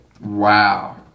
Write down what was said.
Wow